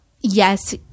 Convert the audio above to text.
yes